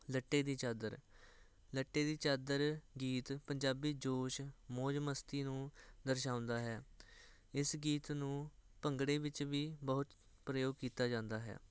ਲੱਠੇ ਦੀ ਚਾਦਰ ਲੱਠੇ ਦੀ ਚਾਦਰ ਗੀਤ ਪੰਜਾਬੀ ਜੋਸ਼ ਮੌਜ ਮਸਤੀ ਨੂੰ ਦਰਸਾਉਂਦਾ ਹੈ ਇਸ ਗੀਤ ਨੂੰ ਭੰਗੜੇ ਵਿੱਚ ਵੀ ਬਹੁਤ ਪ੍ਰਯੋਗ ਕੀਤਾ ਜਾਂਦਾ ਹੈ